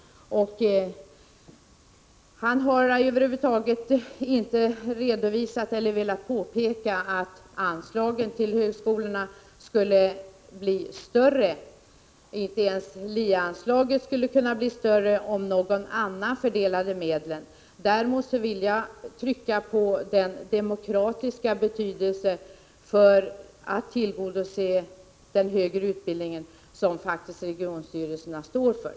Han har över huvud taget inte redovisat eller velat påpeka att anslagen till högskolorna skulle bli större, inte ens LIE-anslaget skulle bli större, om någon annan fördelade medlen. Däremot vill jag framhålla den demokratiska betydelse regionstyrelserna faktiskt står för när det gäller att tillgodose den högre utbildningen.